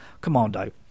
Commando